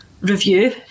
review